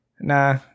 nah